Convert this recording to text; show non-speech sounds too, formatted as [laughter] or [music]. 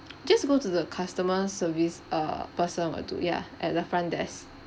[noise] just go to the customer service err person will do ya at the front desk